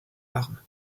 arme